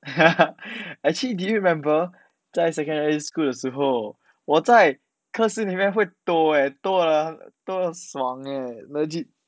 actually did you remember 在 secondary school 的时候我在课室里面会抖 eh 很多人都很爽 eh legit